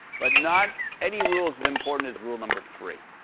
but not any rule is as important as rule number three.